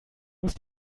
muss